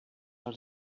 els